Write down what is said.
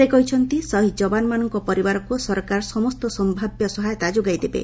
ସେ କହିଛନ୍ତି ଶହୀଦ୍ ଯବାନମାନଙ୍କ ପରିବାରକୁ ସରକାର ସମସ୍ତ ସମ୍ଭାବ୍ୟ ସହାୟତା ଯୋଗାଇ ଦେବେ